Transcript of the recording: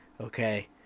okay